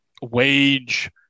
wage